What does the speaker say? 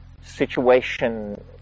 situation